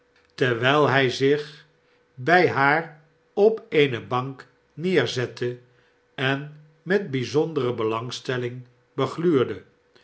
terwijl hij zich hij haar op eene bank heerzette en met bijzondere belangstelling begluurde